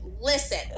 listen